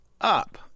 up